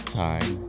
time